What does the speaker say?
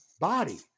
body